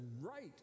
right